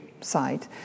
side